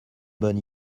bonne